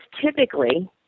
typically